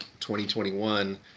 2021